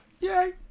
Yay